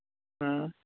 آ